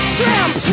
Shrimp